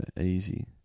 easy